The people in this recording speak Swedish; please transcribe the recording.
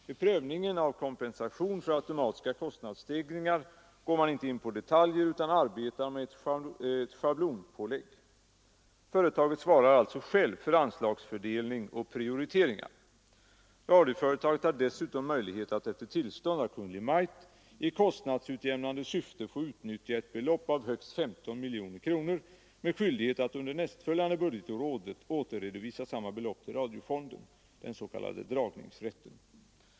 Vid prövningen av kompensation för automatiska kostnadsstegringar går man inte in på detaljer utan arbetar med ett schablonpålägg. Företaget svarar alltså självt för anslagsfördelning och prioriteringar. Radioföretaget har dessutom möjlighet att, efter tillstånd av Kungl. Maj:t, i kostnadsutjämnande syfte få utnyttja ett belopp av högst 15 miljoner kronor med skyldighet att under nästföljande budgetår återredovisa samma belopp till radiofonden; den s.k. dragningsrätten.